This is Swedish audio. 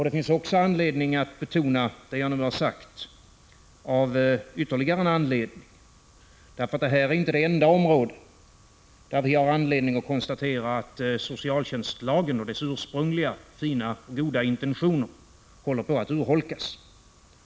Det finns ytterligare en anledning att betona det jag nu har sagt. Det här är inte det enda området där vi har anledning att konstatera att socialtjänstlagen och dess ursprungliga goda intentioner håller på att urholkas.